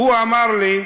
והוא אמר לי: